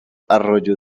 arroyo